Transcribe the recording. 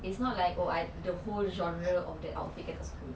it's not like oh I the whole genre of that outfit I suka